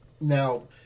Now